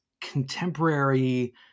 contemporary